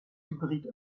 hybrid